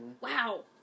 Wow